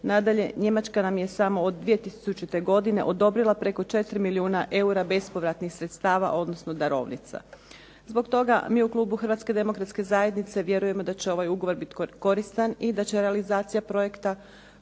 Nadalje, Njemačka nam je samo od 2000. godine odobrila preko 4 milijuna eura bespovratnih sredstava, odnosno darovnica. Zbog toga mi u Klubu HDZ-a vjerujemo da će ovaj Ugovor biti koristan i da će realizacija projekta